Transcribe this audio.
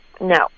No